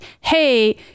hey